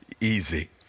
easy